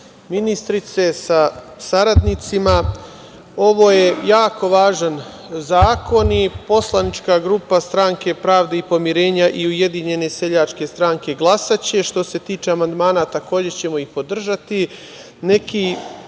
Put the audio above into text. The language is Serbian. ministrice sa saradnicima, ovo je jako važan zakon i poslanička grupa Stranke pravde i pomirenja i Ujedinjene seljačke stranke glasaće. Što se tiče amandmana takođe ćemo ih podržati.